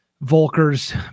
Volker's